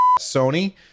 Sony